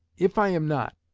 if i am not,